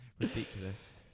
ridiculous